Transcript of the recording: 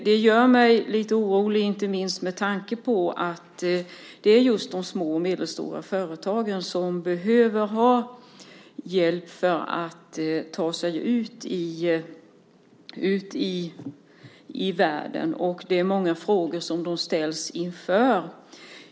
Det gör mig lite orolig, inte minst med tanke på att det är just de små och medelstora företagen som behöver ha hjälp för att ta sig ut i världen. De ställs inför många frågor.